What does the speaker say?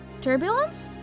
turbulence